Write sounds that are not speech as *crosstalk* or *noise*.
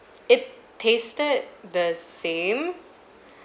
it tasted the same *breath*